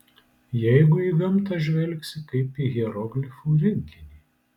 jeigu į gamtą žvelgsi kaip į hieroglifų rinkinį